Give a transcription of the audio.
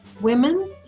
women